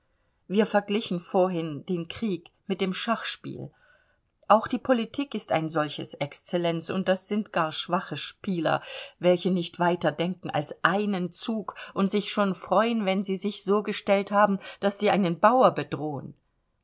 wir verglichen vorhin den krieg mit dem schachspiel auch die politik ist ein solches excellenz und das sind gar schwache spieler welche nicht weiter denken als einen zug und sich schon freuen wenn sie sich so gestellt haben daß sie einen bauer bedrohen